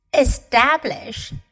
establish